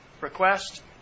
request